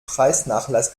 preisnachlass